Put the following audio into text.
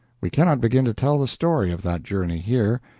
we cannot begin to tell the story of that journey here.